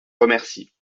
remercie